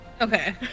Okay